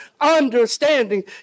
understanding